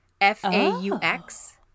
f-a-u-x